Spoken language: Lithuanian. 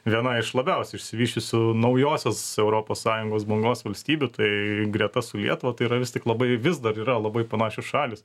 viena iš labiausiai išsivysčiusių naujosios europos sąjungos bangos valstybių tai greta su lietuva yra vis tik labai vis dar yra labai panašios šalys